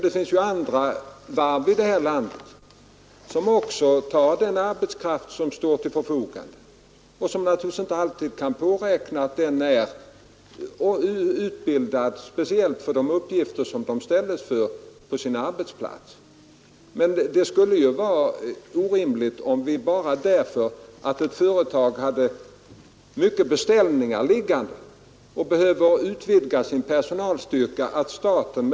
Det finns andra varv i landet som också tar den arbetskraft som står till förfogande och som naturligtvis inte alltid kan påräkna att den är utbildad speciellt för de uppgifter som den ställs inför på arbetsplatsen. Det skulle ju vara orimligt att staten går in och ger stöd med den motiveringen att ett företag har många beställningar liggande och behöver utvidga sin personalstyrka.